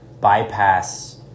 bypass